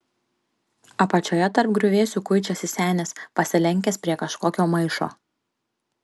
apačioje tarp griuvėsių kuičiasi senis pasilenkęs prie kažkokio maišo